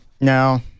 no